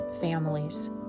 families